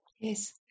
Yes